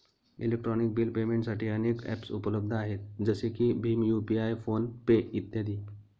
electronic bill पेमेंटसाठी अनेक ॲप्सउपलब्ध आहेत जसे की भीम यू.पि.आय फोन पे इ